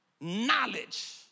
knowledge